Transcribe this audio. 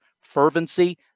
Fervency